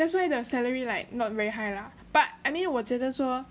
that's why their salary like not very high lah but I mean 我觉得说